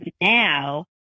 now